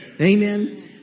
Amen